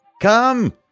Come